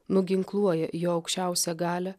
nuginkluoja jo aukščiausią galią